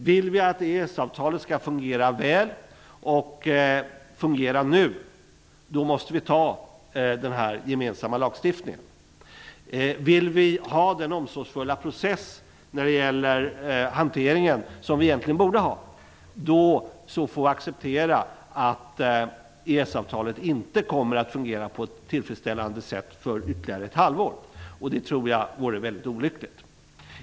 Vill vi att EES-avtalet skall fungera väl och fungera nu måste vi anta den här gemensamma lagstiftningen. Vill vi ha den omsorgsfulla process, när det gäller hanteringen, som vi egentligen borde ha får vi acceptera att EES-avtalet inte kommer att fungera på ett tillfredsställande sätt i ytterligare ett halvår. Jag tror att det vore mycket olyckligt.